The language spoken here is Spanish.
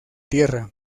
tierra